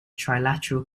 trilateral